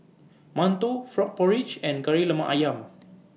mantou Frog Porridge and Kari Lemak Ayam